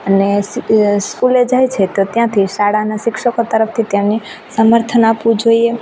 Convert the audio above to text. અને સ્કૂલે જાય છે ત્યાંથી શાળાના શિક્ષકો તરફથી તેમને સમર્થન આપવું જોઈએ